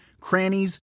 crannies